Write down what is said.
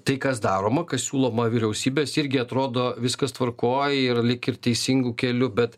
tai kas daroma kas siūloma vyriausybės irgi atrodo viskas tvarkoj ir lyg ir teisingu keliu bet